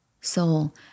Soul